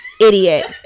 idiot